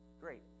Great